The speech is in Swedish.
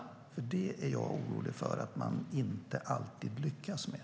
Det är jag nämligen orolig för att man inte alltid lyckas med.